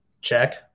Check